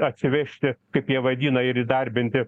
atsivežti kaip jie vadina ir įdarbinti